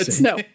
no